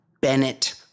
Bennett